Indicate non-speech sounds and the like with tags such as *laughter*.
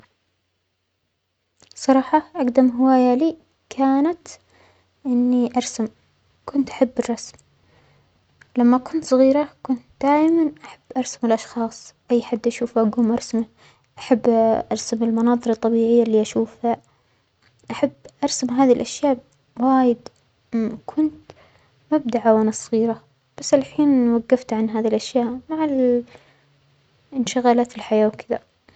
صراحة أجدم هواية لى كانت إنى أرسم، كنت أحب الرسم، لما كنت صغيرة كنت دايما أحب أرسم الأشخاص أى حد أشوفه أجوم أرسمه، أحب *hesitation* أرسم المناظر الطبيعية اللى أشوفها، أحب أرسم هذه الأشياء لغاية ما كنت مبدعة وأنا صغيرة، بس ألحين وجفت عن هذه الأشياء مع ال-إنشغالات الحياة وكدة.